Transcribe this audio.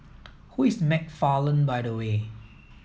who is McFarland by the way